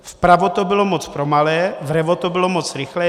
Vpravo to bylo moc pomalé, vlevo to bylo moc rychlé.